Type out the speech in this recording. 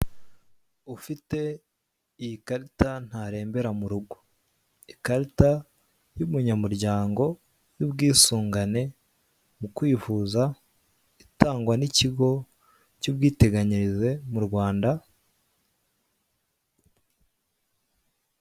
Ufite iyi karita ntarembera mu rugo. Ikarita y'umunyamuryango y'ubwisungane mu kwivuza, itangwa n'ikigo cy'ubwiteganyirize mu Rwanda.